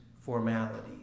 formality